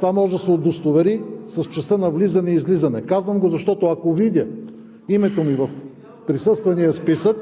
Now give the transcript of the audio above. Това може да се удостовери с часа на влизане и на излизане. Казвам го, защото, ако видя името ми в присъствения списък,